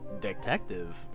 detective